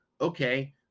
okay